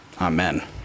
amen